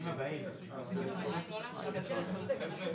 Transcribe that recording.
רוצים לאפשר להם